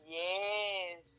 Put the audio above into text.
yes